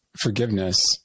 forgiveness